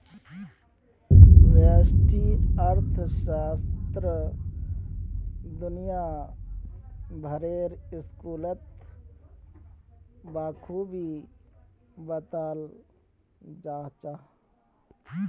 व्यष्टि अर्थशास्त्र दुनिया भरेर स्कूलत बखूबी बताल जा छह